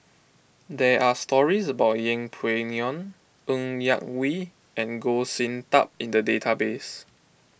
there are stories about Yeng Pway Ngon Ng Yak Whee and Goh Sin Tub in the database